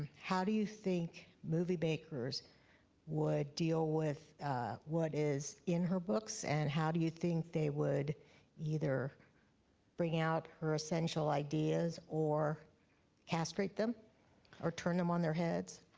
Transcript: how do you think movie makers would deal with what is in her books? and how do you think they would either bring out her essential ideas or castrate them or turn them on their heads?